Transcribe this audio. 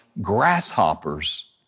grasshoppers